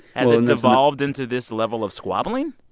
has it devolved into this level of squabbling?